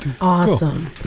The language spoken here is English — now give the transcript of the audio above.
Awesome